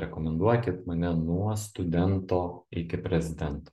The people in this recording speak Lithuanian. rekomenduokit mane nuo studento iki prezidento